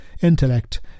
intellect